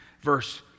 verse